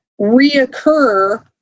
reoccur